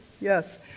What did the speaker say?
Yes